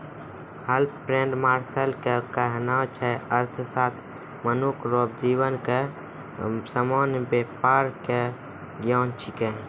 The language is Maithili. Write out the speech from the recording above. अल्फ्रेड मार्शल के कहनाय छै अर्थशास्त्र मनुख रो जीवन के सामान्य वेपार के ज्ञान छिकै